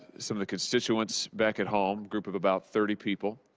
some of the constituents back at home, group of about thirty people.